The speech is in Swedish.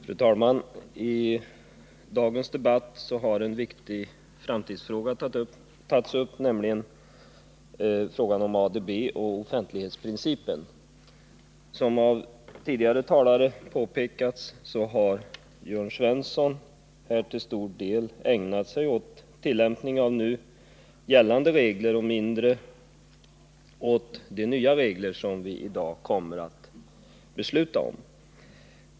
Fru talman! I dagens debatt har en viktig framtidsfråga tagits upp, nämligen frågan om ADB och offentlighetsprincipen. Jörn Svensson har, vilket också har påpekats av tidigare talare, till stor del ägnat sig åt tillämpningen av nu gällande regler och mindre åt de nya regler som vi i dag kommer att besluta om.